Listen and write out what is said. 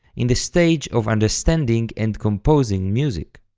in the stage of understanding and composing music.